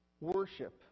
worship